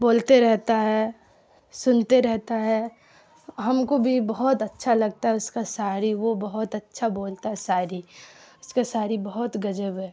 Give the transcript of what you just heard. بولتے رہتا ہے سنتے رہتا ہے ہم کو بھی بہت اچھا لگتا ہے اس کا شاعری وہ بہت اچھا بولتا ہے ساعری اس کا شاعری بہت غضب ہے